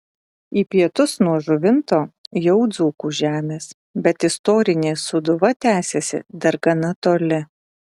į pietus nuo žuvinto jau dzūkų žemės bet istorinė sūduva tęsiasi dar gana toli